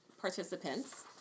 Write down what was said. participants